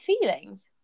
feelings